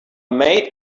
made